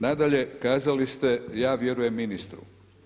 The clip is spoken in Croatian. Nadalje, kazali ste, ja vjerujem ministru.